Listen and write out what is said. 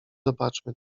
zobaczmy